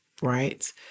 right